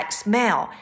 smell